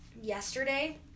yesterday